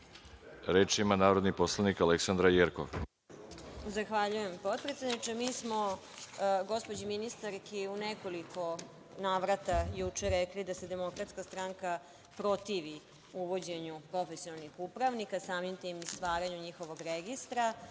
(Ne)Reč ima narodni poslanik Aleksandra Jerkov.